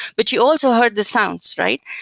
but you also heard the sounds, right?